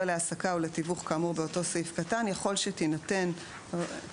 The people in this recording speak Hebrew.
להעסקה או לתיווך כאמור באותו סעיף קטן יכול שתינתן באמצעי